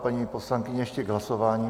Paní poslankyně ještě k hlasování.